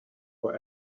for